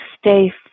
stay